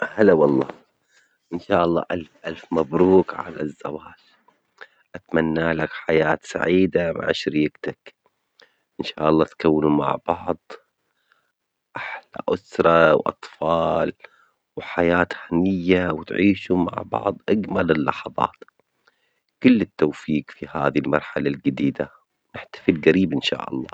هلا والله ،إن شاء الله ألف ألف مبروك على الزواج، أتمنى لك حياة سعيدة مع شريكتك، إن شاء الله تكونوا مع بعض أحلى أسرة وأطفال، وحياة هنيّة وتعيشوا مع بعض أجمل اللحظات، كل التوفيج في هذي المرحلة الجديدة، نحتفل جريب إن شاء الله.